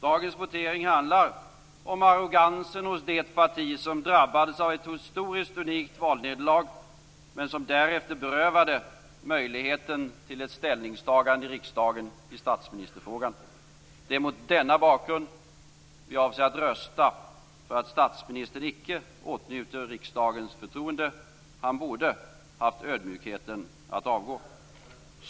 Dagens votering handlar om arrogansen hos det parti som drabbades av ett historiskt unikt valnederlag men som därefter berövade riksdagen möjligheten till ett ställningstagande i statsministerfrågan. Det är mot denna bakgrund vi avser att rösta för att statsministern icke åtnjuter riksdagens förtroende. Han borde ha haft ödmjukheten att avgå.